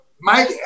Mike